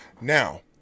Now